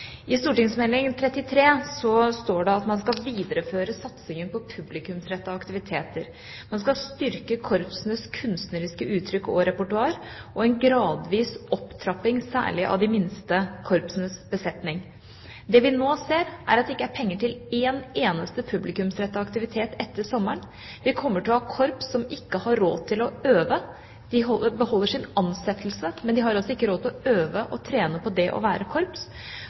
I St.meld. nr. 33 står det at man skal videreføre satsinga på publikumsrettede aktiviteter, man skal styrke korpsenes kunstneriske uttrykk og repertoar, herunder en gradvis opptrapping særlig av de minste korpsenes besetning. Det vi nå ser, er at det ikke er penger til en eneste publikumsrettet aktivitet etter sommeren. Vi kommer til å ha korps som ikke har råd til å øve. De beholder sin ansettelse, men de har altså ikke råd til å øve og trene på det å være korps.